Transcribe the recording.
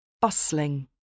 Bustling